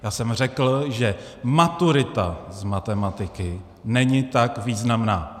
Já jsem řekl, že maturita z matematiky není tak významná.